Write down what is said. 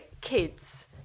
kids